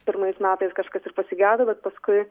pirmais metais kažkas ir pasigedo bet paskui